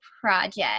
project